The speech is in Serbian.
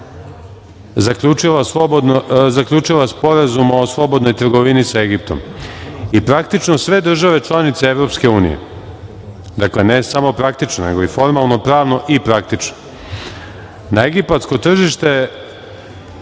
zaključila Sporazum o slobodnoj trgovini sa Egiptom i praktično sve države članice EU, dakle, ne samo praktično, nego i formalno-pravno i praktično, na egipatsko tržište